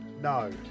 No